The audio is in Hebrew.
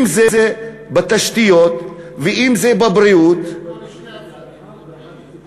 אם בתשתיות ואם בבריאות, זה נכון לשני הצדדים.